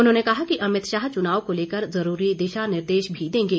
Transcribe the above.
उन्होंने कहा कि अमित शाह चुनाव को लेकर जरूरी दिशा निर्देश भी देंगे